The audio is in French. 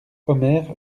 omer